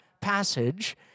passage